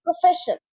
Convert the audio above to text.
profession